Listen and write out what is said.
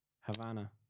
Havana